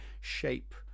shape